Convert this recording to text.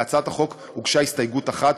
להצעת החוק הוגשה הסתייגות אחת,